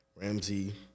Ramsey